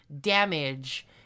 damage